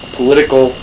political